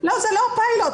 זה לא פיילוט.